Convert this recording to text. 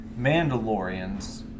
Mandalorians